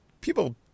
people